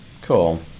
Cool